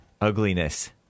ugliness